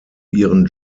ihren